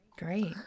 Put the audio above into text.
Great